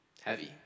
heavy